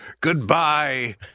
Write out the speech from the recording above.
goodbye